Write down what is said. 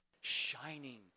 shining